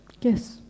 Yes